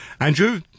Andrew